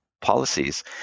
policies